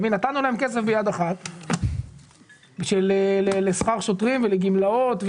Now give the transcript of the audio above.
נתנו להם כסף ביד אחת לשכר שוטרים ולגמלאות.